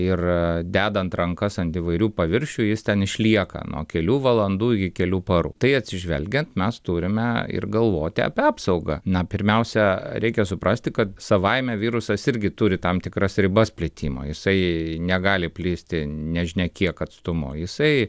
ir dedant rankas ant įvairių paviršių jis ten išlieka nuo kelių valandų iki kelių parų tai atsižvelgiant mes turime ir galvoti apie apsaugą na pirmiausia reikia suprasti kad savaime virusas irgi turi tam tikras ribas plitimo jisai negali plisti nežinia kiek atstumu jisai